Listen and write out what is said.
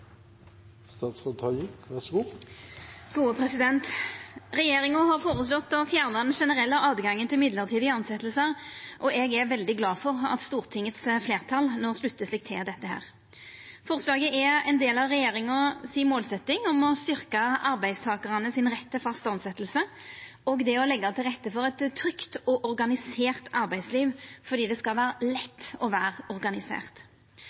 Regjeringa har føreslått å fjerna den generelle åtgangen til mellombelse tilsetjingar, og eg er veldig glad for at Stortingets fleirtal no sluttar seg til dette. Forslaget er ein del av regjeringa si målsetjing om å styrkja arbeidstakarane sin rett til fast tilsetjing og det å leggja til rette for eit trygt og organisert arbeidsliv, fordi det skal vera lett å vera organisert.